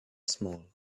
small